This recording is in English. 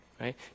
right